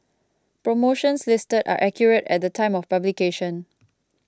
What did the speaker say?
promotions listed are accurate at the time of publication